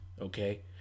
okay